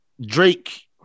Drake